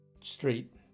street